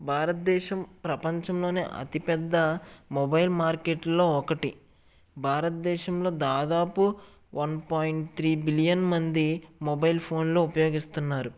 భారతదేశం ప్రపంచంలోనే అతిపెద్ద మొబైల్ మార్కెట్లో ఒకటి భారతదేశంలో దాదాపు వన్ పాయింట్ త్రి బిలియన్ మంది మొబైల్ ఫోన్లు ఉపయోగిస్తున్నారు